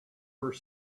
were